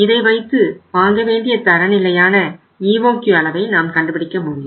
இதை வைத்து வாங்கவேண்டிய தர நிலையான EOQ அளவை நாம் கண்டுபிடிக்க முடியும்